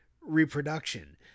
reproduction